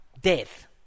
death